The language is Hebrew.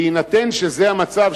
בהינתן שזה המצב,